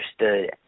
understood